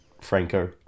Franco